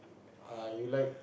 uh you like